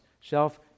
shelf